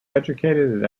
educated